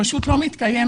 פשוט לא מתקיימת.